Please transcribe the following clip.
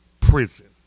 prison